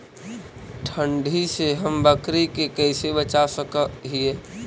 ठंडी से हम बकरी के कैसे बचा सक हिय?